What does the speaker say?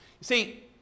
See